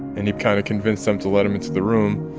and he kind of convinced them to let him into the room.